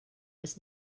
was